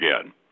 again